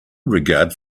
regard